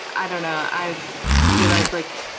i don't know, i've realised, like,